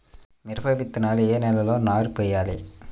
మిరప విత్తనాలు ఏ నెలలో నారు పోయాలి?